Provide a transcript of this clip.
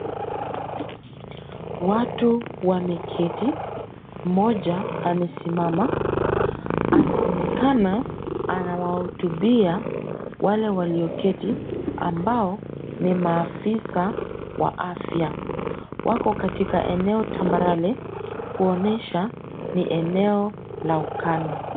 Watu wameketi, mmoja amesimama. Anaonekana anawahutubia wale walioketi ambao ni maafisa wa afya. Wako katika eneo tambarare, kuonesha ni eneo la ukame.